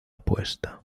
apuesta